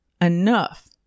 enough